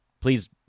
Please